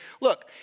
Look